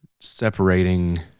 separating